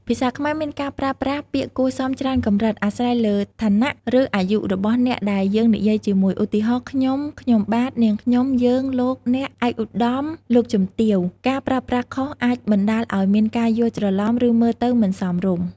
ភាសាខ្មែរមានការប្រើប្រាស់ពាក្យគួរសមច្រើនកម្រិត អាស្រ័យលើឋានៈ ឬអាយុរបស់អ្នកដែលយើងនិយាយជាមួយ ឧទាហរណ៍ ខ្ញុំ ខ្ញុំបាទ នាងខ្ញុំ យើង លោក អ្នក ឯកឧត្តម លោកជំទាវ។ ការប្រើប្រាស់ខុសអាចបណ្ដាលឱ្យមានការយល់ច្រឡំ ឬមើលទៅមិនសមរម្យ។